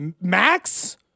Max